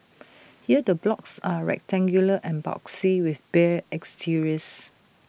here the blocks are rectangular and boxy with bare exteriors